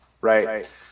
right